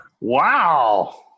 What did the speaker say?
wow